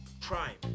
crime